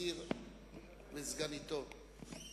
ובלבד שנוכל להתפלל מנחה בזמן, אני לא מגביל.